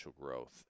growth